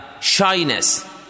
shyness